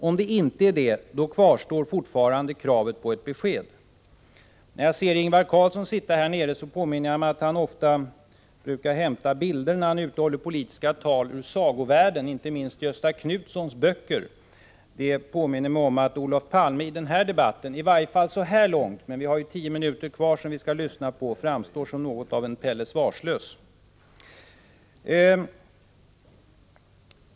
Om det inte är det, kvarstår fortfarande kravet på ett besked. När jag ser Ingvar Carlsson sitta här i kammaren, påminner jag mig om att han när han är ute och håller politiska tal ofta brukar hämta bilder ur sagovärlden, inte minst från Gösta Knutssons böcker. Olof Palme har i den här debatten — i varje fall hittills, men vi har ju 10 minuter kvar att lyssna på — framstått som något av en Pelle Svarslös.